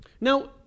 Now